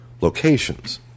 locations